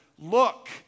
Look